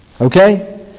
okay